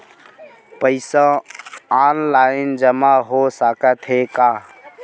पईसा ऑनलाइन जमा हो साकत हे का?